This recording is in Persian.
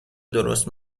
درست